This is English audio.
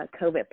COVID